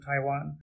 Taiwan